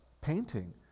painting